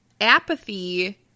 apathy